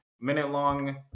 minute-long